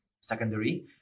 secondary